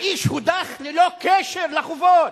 האיש הודח ללא קשר לחובות.